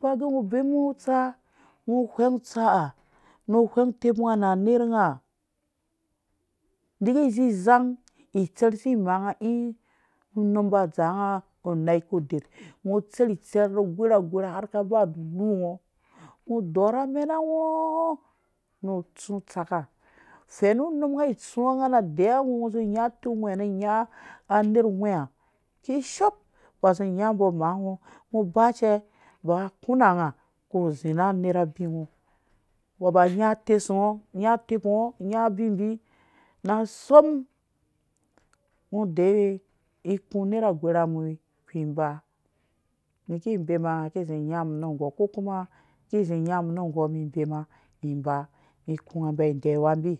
Ba gɛ ngɔ bemu ngɔ utsa ngɔ wheng utsaha nu wheng utepnga na anerh nga neke zizang itsɛr si maa nga ĩ umum ba dza nga unai ku derh ngɔ tserh tserh nu gorha gorha har ka va nu ngɔngɔ dɔrh amena ngɔ nu tsu tsaka fɛnu unum nga tsuwa nga na deyiwa ngɔ zi nya uteu uweha nu nya anerh weha kishoo ba zi nya mbɔ maa ngɔ ngɔ ba cɛ ba kuna nga ku zi na nerh abi ngɔ mbɔ ba nya atɛsngo nya uteu ngɔ nya abimbi na sɔm ngɔ deyiwe iku nerh agwerha mum wi iku iba mum ki bema nga ki zi nyam nu ngɔ ko kuma kizi nyamum nu ugo. mum ibema iba iku nga ba deyiwa mbɔ